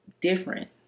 different